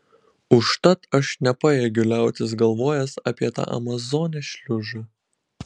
užtat aš nepajėgiu liautis galvojęs apie tą amazonės šliužą